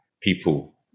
people